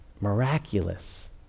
Miraculous